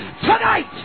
tonight